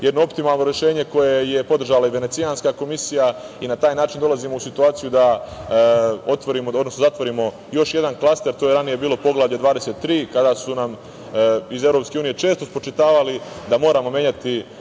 jedno optimalno rešenje koje je podržala i Venecijanska komisija i na taj način dolazimo u situaciju da otvorimo, odnosno zatvorimo još jedan klaster. To je ranije bilo Poglavlje 23, kada su nam iz Evropske unije često spočitavali da moramo menjati